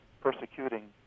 persecuting